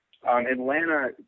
Atlanta